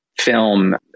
film